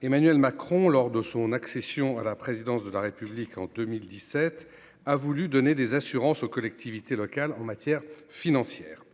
Emmanuel Macron, lors de son accession à la présidence de la République en 2017, a voulu donner des assurances aux collectivités locales en matière financière,